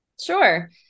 Sure